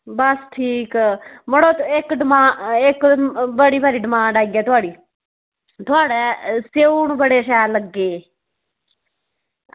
बस ठीक मड़ो इक्क बड़ी भारी डिमांड आई ऐ थुआढ़ी थुआढ़े स्यौ बड़े शैल लग्गे दे